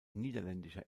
niederländischer